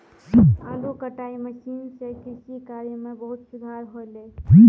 आलू कटाई मसीन सें कृषि कार्य म बहुत सुधार हौले